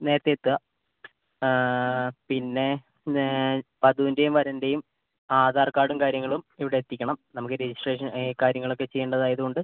നേരത്തെ എത്താൻ പിന്നെ വധൂന്റേം വരന്റേം ആധാർ കാർഡും കാര്യങ്ങളും ഇവിടെ എത്തിക്കണം നമുക്ക് രജിസ്ട്രേഷൻ കാര്യങ്ങളൊക്കെ ചെയ്യേണ്ടതായതുകൊണ്ട്